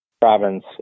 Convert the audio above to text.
Province